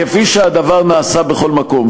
כפי שהדבר נעשה בכל מקום.